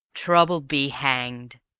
trouble be hanged!